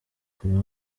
kuba